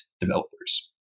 developers